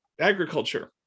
agriculture